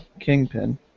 Kingpin